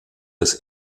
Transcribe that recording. des